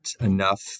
enough